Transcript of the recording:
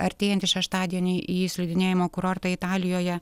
artėjantį šeštadienį į slidinėjimo kurortą italijoje